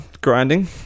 grinding